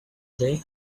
day